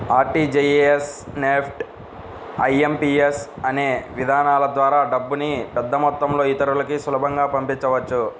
RTGS, NEFT, IMPS అనే విధానాల ద్వారా డబ్బుని పెద్దమొత్తంలో ఇతరులకి సులభంగా పంపించవచ్చు